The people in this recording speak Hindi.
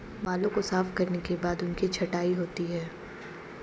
बालों को साफ करने के बाद उनकी छँटाई होती है